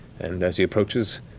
and as he approaches,